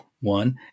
one